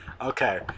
Okay